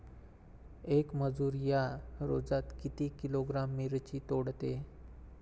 येक मजूर या रोजात किती किलोग्रॅम मिरची तोडते?